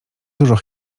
dużo